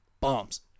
bombs